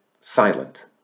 silent